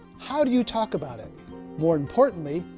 how do you talk about it more importantly?